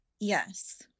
Yes